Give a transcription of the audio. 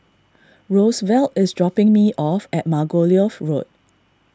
Rosevelt is dropping me off at Margoliouth Road